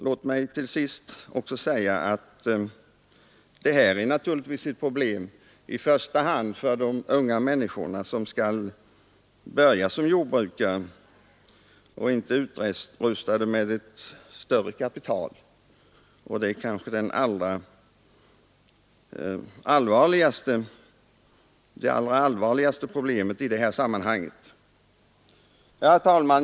Låt mig till sist också säga att detta är naturligtvis ett problem i första hand för de unga människor som skall börja som jordbrukare och inte är utrustade med något större kapital — det är kanske det allra allvarligaste problemet sett mot framtiden. Herr talman!